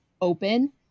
open